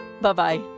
Bye-bye